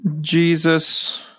Jesus